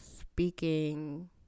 speaking